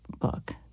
book